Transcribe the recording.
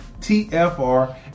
TFR